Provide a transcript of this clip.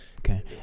okay